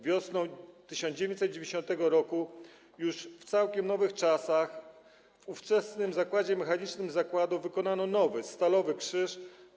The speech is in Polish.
Wiosną 1990 r., czyli już w całkiem nowych czasach, w ówczesnym zakładzie mechanicznym zakładów wykonano nowy, stalowy krzyż.